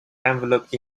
envelope